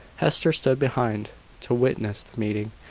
hester stood behind to witness the meeting.